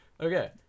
Okay